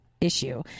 issue